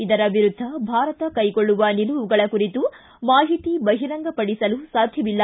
ಇದರ ವಿರುದ್ದ ಭಾರತ ಕೈಗೊಳ್ಳುವ ನಿಲುವುಗಳ ಕುರಿತು ಮಾಹಿತಿ ಬಹಿರಂಗ ಪಡಿಸಲು ಸಾಧ್ಯವಿಲ್ಲ